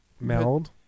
Meld